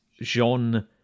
Jean